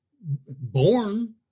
born